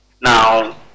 Now